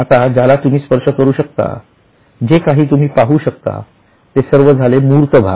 आता ज्याला तुम्ही स्पर्श करू शकता जे काही तुम्ही पाहू शकता ते सर्व झाले मूर्त भाग